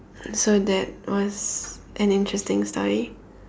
so that was an interesting story